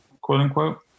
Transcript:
quote-unquote